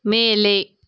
ಮೇಲೆ